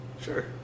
Sure